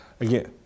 again